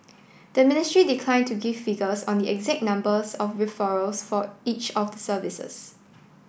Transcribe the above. the ministry declined to give figures on the exact numbers of referrals for each of the services